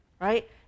right